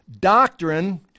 doctrine